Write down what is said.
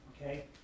Okay